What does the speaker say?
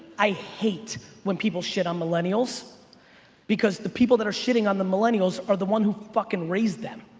i hate when people shit on millennials because the people that are shitting on the millennials are the one who fuckin' raised them.